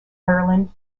ireland